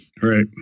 Right